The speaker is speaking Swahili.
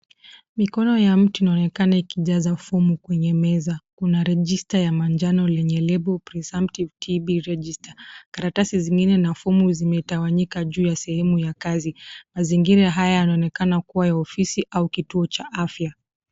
Mikono ya mtu inaonekana ikijaza fomu kwenye meza. Kuna rejista ya manjano lenye lebo presumptive tb register . Karatasi zingine na fomu zimetawanyika juu ya sehemu ya kazi. Mazingira haya yanaonekana kuwa ya ofisi au kituo cha afya.